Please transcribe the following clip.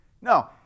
No